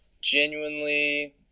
genuinely